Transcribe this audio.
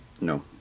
No